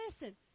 listen